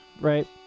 right